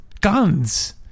Guns